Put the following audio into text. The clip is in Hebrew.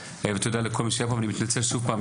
תודה לכל מי שהגיע ואני שוב מתנצל בפני